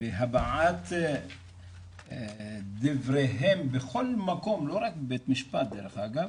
בהבעת דבריהם בכל מקום, לא רק בבית משפט דרך אגב,